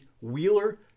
Wheeler